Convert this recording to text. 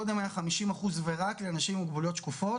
קודם היה 50% ורק לאנשים עם מוגבלויות שקופות,